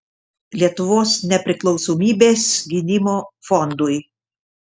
lietuvos nepriklausomybės gynimo fondui